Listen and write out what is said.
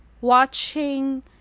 watching